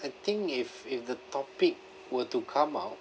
I think if if the topic were to come out